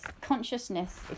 consciousness